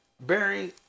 Barry